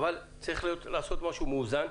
צריך לעשות משהו מאוזן.